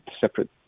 separate